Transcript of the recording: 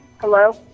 Hello